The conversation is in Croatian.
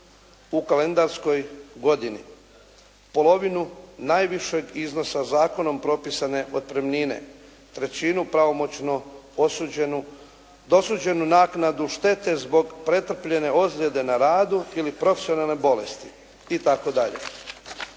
u kalendarskoj godini, polovinu najvišeg iznosa zakonom propisane otpremnine, trećinu pravomoćno osuđenu, dosuđenu naknadu štete zbog pretrpljene ozljede na radu ili profesionalne bolesti itd.